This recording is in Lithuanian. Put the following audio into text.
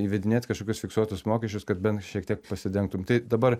įvedinėt kažkokius fiksuotus mokesčius kad bent šiek tiek pasidengtum tai dabar